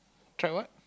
tried what